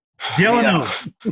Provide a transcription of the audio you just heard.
Dylan